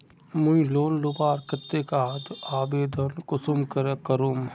मुई लोन लुबार केते आवेदन कुंसम करे करूम?